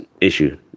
issue